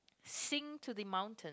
sing to the mountain